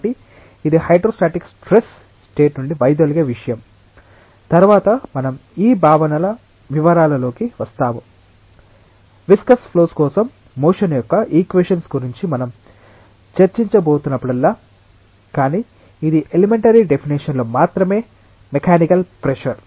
కాబట్టి ఇది hydrostatic stress state నుండి వైదొలిగే విషయం తరువాత మనం ఈ భావనల వివరాలలోకి వస్తాము విస్కస్ ఫ్లోస్ కోసం మోషన్ యొక్క ఈక్వేషన్స్ గురించి మనం చర్చించబోతున్నప్పుడల్లా కానీ ఇది ఎలిమెంటరీ డెఫినిషన్ లో మాత్రమే మెకానికల్ ప్రెషర్